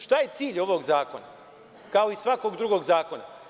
Šta je cilj ovog zakona, kao i svakog drugog zakona?